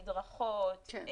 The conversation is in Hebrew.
מדרכות,